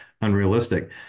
unrealistic